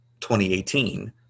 2018